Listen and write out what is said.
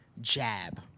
jab